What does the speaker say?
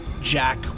Jack